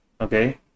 okay